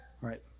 right